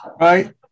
Right